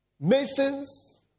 masons